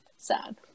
Sad